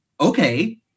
okay